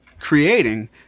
creating